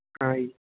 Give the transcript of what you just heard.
ਹਾਂਜੀ